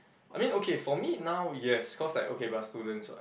I mean okay for me now yes cause like okay we are students [what]